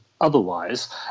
otherwise